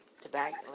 tobacco